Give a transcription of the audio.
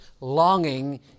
longing